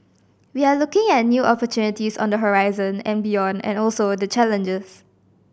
we are looking at new opportunities on the horizon and beyond and also the challenges